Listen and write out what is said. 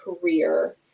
career